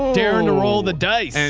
daring to roll the dice. and